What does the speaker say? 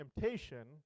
temptation